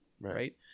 right